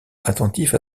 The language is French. attentif